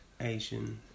Asian